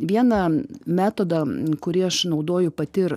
vieną metodą kurį aš naudoju pati ir